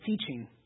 teaching